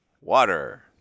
Water